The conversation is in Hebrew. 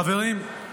חברים,